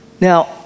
Now